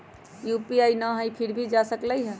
UPI न हई फिर भी जा सकलई ह?